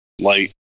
light